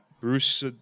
Bruce